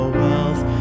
wealth